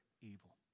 evil